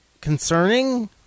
concerning